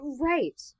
Right